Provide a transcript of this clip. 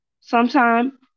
Sometime